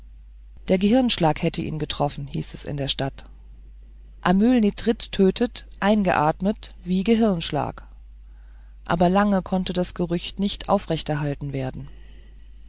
der gehirnschlag hätte ihn getroffen hieß es in der stadt amylnitrit tötet eingeatmet wie gehirnschlag aber lange konnte das gerücht nicht aufrechterhalten werden